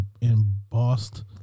Embossed